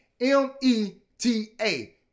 M-E-T-A